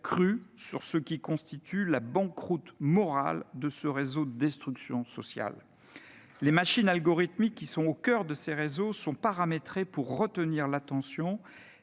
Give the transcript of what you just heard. crue sur ce qui constitue la banqueroute morale de ce réseau de destruction sociale. Les machines algorithmiques qui sont au coeur de ces réseaux sont paramétrées pour retenir l'attention.